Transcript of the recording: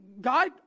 God